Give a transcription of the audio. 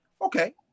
okay